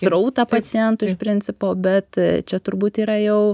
srautą pacientų iš principo bet čia turbūt yra jau